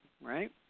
right